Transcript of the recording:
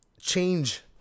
change